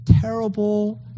terrible